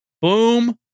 Boom